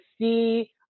see